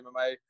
MMA